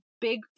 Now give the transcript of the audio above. big